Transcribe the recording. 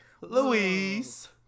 Louise